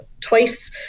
twice